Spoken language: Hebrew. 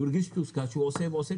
הוא הרגיש מתוסכל שהוא עושה ועושה,